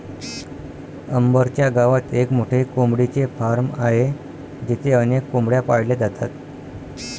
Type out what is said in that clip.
अंबर च्या गावात एक मोठे कोंबडीचे फार्म आहे जिथे अनेक कोंबड्या पाळल्या जातात